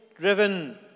driven